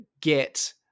get